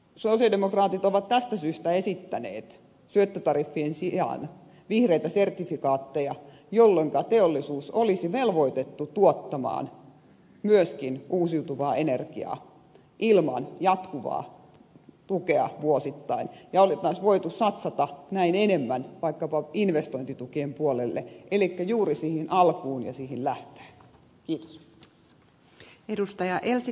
sosialidemokraatit ovat tästä syystä esittäneet syöttötariffien sijaan vihreitä sertifikaatteja jolloinka teollisuus olisi velvoitettu tuottamaan myöskin uusiutuvaa energiaa ilman jatkuvaa tukea vuosittain ja olisi voitu satsata näin enemmän vaikkapa investointitukien puolelle elikkä juuri siihen alkuun ja siihen lähtöön